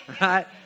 right